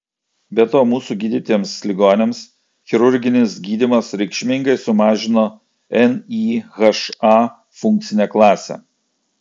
be to mūsų gydytiems ligoniams chirurginis gydymas reikšmingai sumažino nyha funkcinę klasę